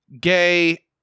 gay